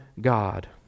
God